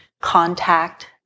contact